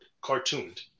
cartooned